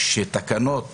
שתקנות